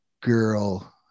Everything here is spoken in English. girl